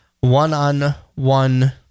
one-on-one